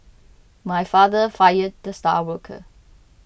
my father fired the star worker